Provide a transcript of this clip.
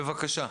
בבקשה.